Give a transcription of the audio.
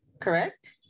correct